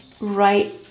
right